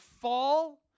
fall